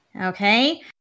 Okay